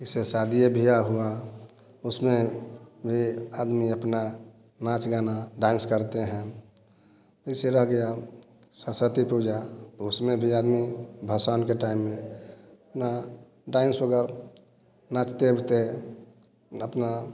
जैसे शादी या ब्याह हुआ उसमें भी आदमी अपना नाच गाना डांस करते हैं जैसे रह गया सरस्वती पूजा उसमें भी आदमी भसान के टाइम में अपना डांस वगैरह नाचते वाचते अपना